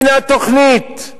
הנה התוכנית,